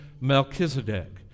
Melchizedek